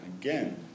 again